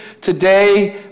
today